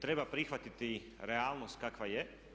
Treba prihvatiti realnost kakva je.